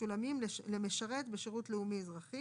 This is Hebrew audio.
המשולמים למשרת בשירות לאומי-אזרחי